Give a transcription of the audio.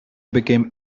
became